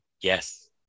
Yes